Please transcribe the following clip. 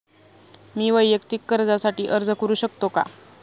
मी वैयक्तिक कर्जासाठी अर्ज करू शकतो का?